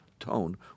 Tone